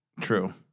True